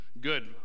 good